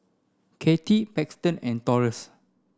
Kati Paxton and Taurus